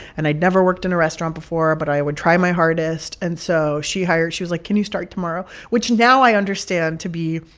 and i'd never worked in a restaurant before, but i would try my hardest. and so she hired she was like, can you start tomorrow? which now i understand to be,